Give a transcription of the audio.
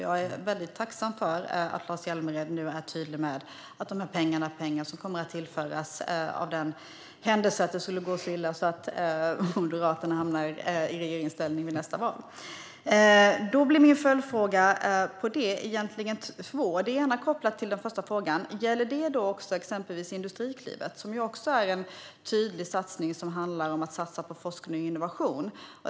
Jag är väldigt tacksam för att Lars Hjälmered nu är tydlig med att dessa pengar kommer att tillföras i den händelse det skulle gå så illa att Moderaterna hamnar i regeringsställning vid nästa val. Jag har två följdfrågor, varav den ena är kopplad till den första frågan. Gäller detta också exempelvis Industriklivet, som ju också är en tydlig satsning på forskning och innovation?